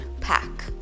pack